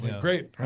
great